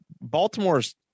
Baltimore's